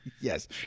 Yes